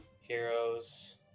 heroes